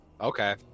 Okay